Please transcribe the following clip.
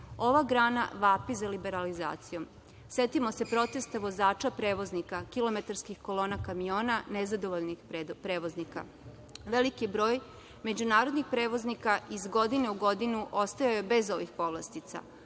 Ova grana vapi za liberalizacijom. Setimo se protesta vozača prevoznika, kilometarskih kolona kamiona nezadovoljnih prevoznika. Veliki broj međunarodnih prevoznika iz godine u godinu ostajao je bez ovih povlastica.